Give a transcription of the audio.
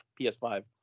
PS5